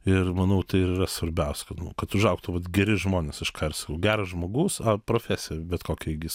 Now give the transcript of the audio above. ir manau tai ir yra svarbiausia kad užaugtų geri žmonės aš ką ir sakau geras žmogus ar profesija bet kokią įgis